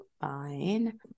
fine